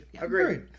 agreed